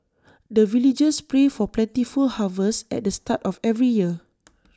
the villagers pray for plentiful harvest at the start of every year